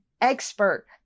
expert